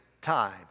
time